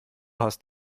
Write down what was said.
hast